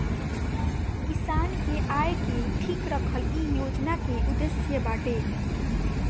किसान के आय के ठीक रखल इ योजना के उद्देश्य बाटे